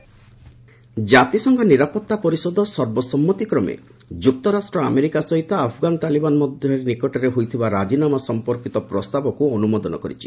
UN US Taliban deal ଜାତିସଂଘ ନିରାପତ୍ତା ପରିଷଦ ସର୍ବସମ୍ମତିକ୍ରମେ ଯୁକ୍ତରାଷ୍ଟ୍ର ଆମେରିକା ସହିତ ଆଫଗାନି ତାଲିବାନ ମଧ୍ୟରେ ନିକଟରେ ହୋଇଥିବା ରାଜିନାମା ସମ୍ପନ୍ଧୀୟ ପ୍ରସ୍ତାବକୁ ଅନୁମୋଦନ କରିଛି